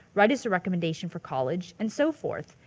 write us a recommendation for college, and so forth.